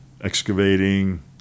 excavating